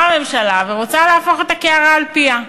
באה הממשלה ורוצה להפוך את הקערה על פיה,